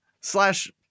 Slash